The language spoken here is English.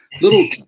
little